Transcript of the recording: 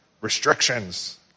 Restrictions